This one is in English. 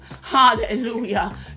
Hallelujah